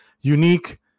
unique